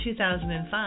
2005